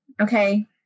Okay